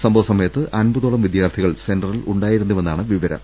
സംഭവ സമയത്ത് അമ്പ തോളം വിദ്യാർഥികൾ സെന്ററിൽ ഉണ്ടായിരുന്നുവെന്നാണ് വിവരം